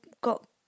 got